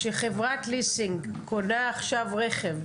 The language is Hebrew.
כשחברת הליסינג קונה עכשיו רכב,